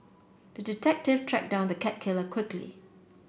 the detective tracked down the cat killer quickly